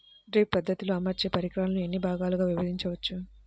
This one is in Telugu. డ్రిప్ పద్ధతిలో అమర్చే పరికరాలను ఎన్ని భాగాలుగా విభజించవచ్చు?